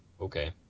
Okay